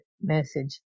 message